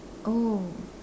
oh